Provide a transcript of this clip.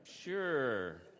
sure